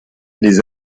les